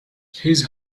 his